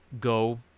go